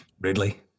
Ridley